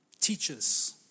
Teachers